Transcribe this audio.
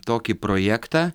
tokį projektą